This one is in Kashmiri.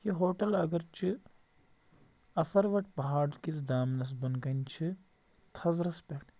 یہِ ہوٹَل اگرچہِ اَفروَٹھ پَہاڑ کِس دامنَس بۄن کَنہِ چھِ تھزرَس پٮ۪ٹھ